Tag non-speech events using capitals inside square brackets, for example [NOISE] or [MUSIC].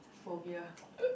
phobia [LAUGHS]